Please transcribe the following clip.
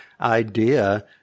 idea